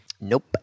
Nope